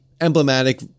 emblematic